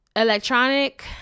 Electronic